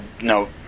no